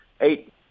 eight